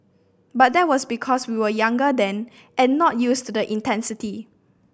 but that was because we were younger then and not used to the intensity